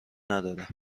نداره